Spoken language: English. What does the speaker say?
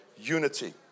unity